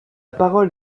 parole